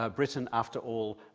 ah britain after all